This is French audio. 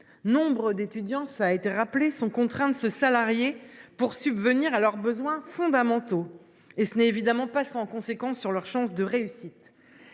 nombre d’étudiants sont contraints de se salarier pour subvenir à leurs besoins fondamentaux, ce qui n’est évidemment pas sans conséquence sur leurs chances de réussite.